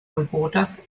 wybodaeth